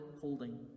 holding